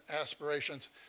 aspirations